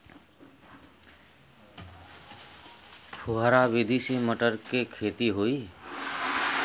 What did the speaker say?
फुहरा विधि से मटर के खेती होई